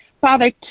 Father